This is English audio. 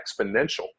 exponential